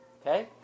Okay